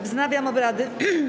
Wznawiam obrady.